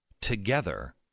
together